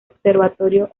observatorio